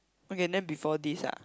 okay then before this ah